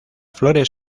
flores